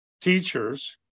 teachers